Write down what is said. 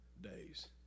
Days